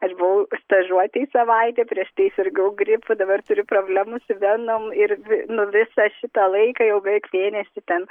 aš buvau stažuotėj savaitę prieš tai sirgau gripu dabar turiu problemų su venom ir dvi nu visą šitą laiką jau beveik mėnesį ten